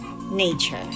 nature